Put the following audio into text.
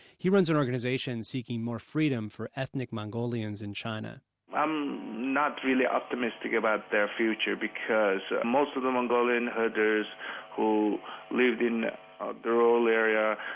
he runs an organization organization seeking more freedom for ethnic mongolians in china i'm not really optimistic about their future, because most of the mongolian herders who lived in a rural area,